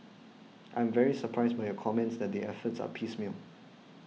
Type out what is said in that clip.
I am very surprised by your comments that the efforts are piecemeal